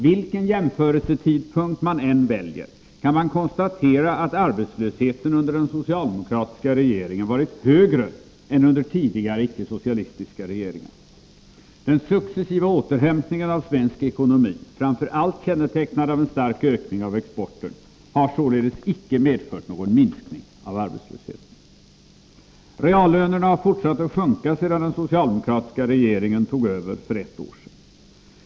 Vilken jämförelsetidpunkt man än väljer kan man konstatera att arbetslösheten under den socialdemokratiska regeringen varit högre än under de tidigare icke socialistiska regeringarna. Den successiva återhämtningen av svensk ekonomi, framför allt kännetecknad av en stark ökning av exporten, har således icke medfört någon minskning av arbetslösheten. Reallönerna har fortsatt att sjunka sedan den socialdemokratiska regeringen tog över för ett år sedan.